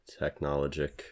Technologic